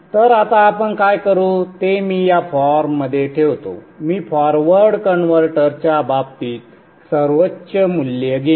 तर आता आपण काय करू ते मी या फॉर्ममध्ये ठेवतो मी फॉरवर्ड कन्व्हर्टरच्या बाबतीत सर्वोच्च मूल्य घेईन